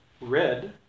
red